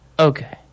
Okay